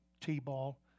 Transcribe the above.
t-ball